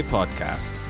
Podcast